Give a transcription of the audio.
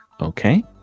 Okay